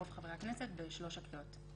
רוב חברי הכנסת, בשלוש הקריאות.